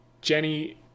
Jenny